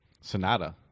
Sonata